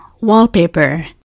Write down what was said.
wallpaper